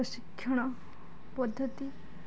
ପ୍ରଶିକ୍ଷଣ ପଦ୍ଧତି